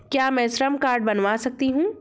क्या मैं श्रम कार्ड बनवा सकती हूँ?